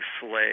slave